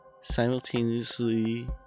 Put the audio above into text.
simultaneously